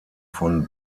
von